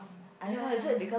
ya ya ya